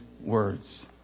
words